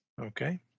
Okay